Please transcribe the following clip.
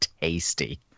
tasty